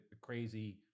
crazy